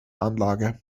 anlage